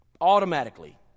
Automatically